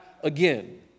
again